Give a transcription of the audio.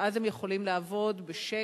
אז הם יכולים לעבוד בשקט,